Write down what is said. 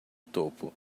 topo